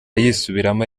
yisubiramo